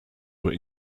were